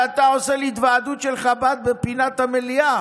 ואתה עושה לי התוועדות של חב"ד בפינת המליאה?